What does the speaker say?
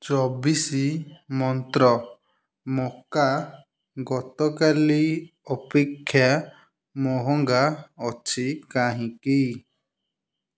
ଚବିଶି ମନ୍ତ୍ର ମକା ଗତକାଲି ଅପେକ୍ଷା ମହଙ୍ଗା ଅଛି କାହିଁକି